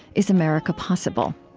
is america possible?